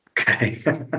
okay